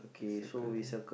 circle there